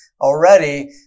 already